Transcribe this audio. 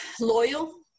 loyal